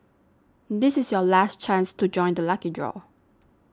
this is your last chance to join the lucky draw